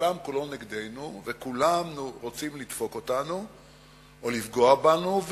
העולם כולו נגדנו וכולם רוצים לדפוק אותנו או לפגוע בנו.